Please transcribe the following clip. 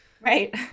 right